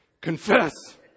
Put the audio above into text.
Confess